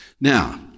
Now